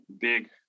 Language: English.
big